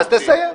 אז תסיים.